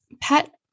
pet